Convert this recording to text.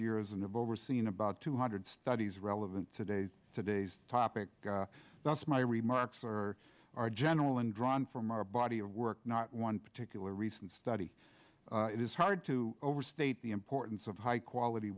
years and of overseeing about two hundred studies relevant today today's topic that's my remarks are general and drawn from our body of work not one particular recent study it is hard to overstate the importance of high quality